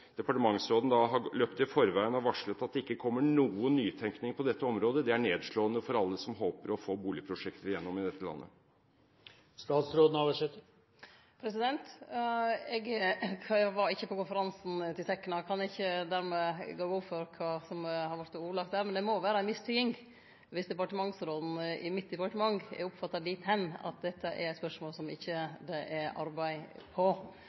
har løpt i forveien og varslet at det ikke kommer noen nytenkning på dette området, er nedslående for alle som håper å få boligprosjekter igjennom i dette landet. Eg var ikkje på konferansen til Tekna og kan derfor ikkje gå god for kva som har vorte ordlagt der. Men det må vere ei mistyding dersom departementsråden i mitt departement er oppfatta slik at dette er eit spørsmål som det ikkje er arbeid på,